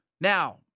Now